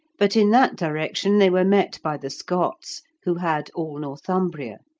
but in that direction they were met by the scots, who had all northumbria.